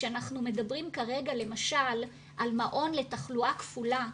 כשאנחנו מדברים כרגע למשל על מעון לתחלואה כפולה,